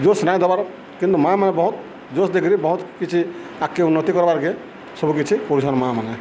ଜୋଷ ନାଇଁ ଦବାର କିନ୍ତୁ ମା'ମାନେ ବହୁତ ଜୋସ ଦେଖିକିରି ବହୁତ କିଛି ଆଗ୍କେ ଉନ୍ନତି କର୍ବାର୍କେ ସବୁ କିଛି କରୁଛନ୍ ମାଆମାନେ